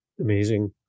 Amazing